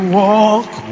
walk